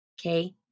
Okay